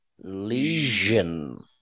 lesion